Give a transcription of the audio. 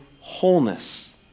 wholeness